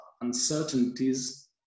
uncertainties